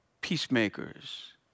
peacemakers